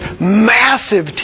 massive